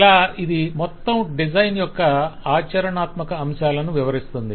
ఇలా ఇది మొత్తం డిజైన్ యొక్క ఆచరణాత్మక అంశాలను వివరిస్తుంది